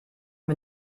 wir